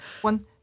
one